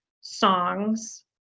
songs